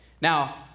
now